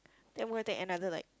then I'm gonna take another like